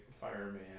fireman